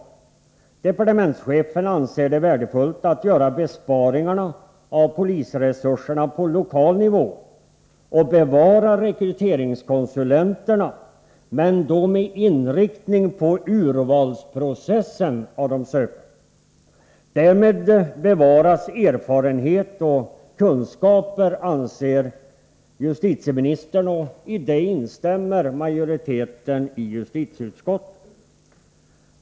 Departementschefen anser det värdefullt att göra besparingar av polisresurser på lokal nivå och bevara rekryteringskonsulterna — men med inriktning på urvalsprocessen beträffande de sökande. Därmed bevaras erfarenhet och kunskap, anser justitieministern, och i det instämmer majoriteten i justitieutskottet.